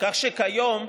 כך שכיום,